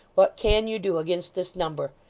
what can you do against this number?